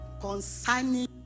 concerning